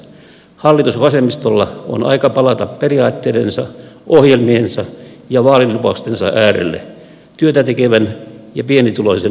hallitusvasemmistolla on aika palata periaatteidensa ohjelmiensa ja vaalilupaustensa äärelle työtätekevän ja pienituloisen kansan asialle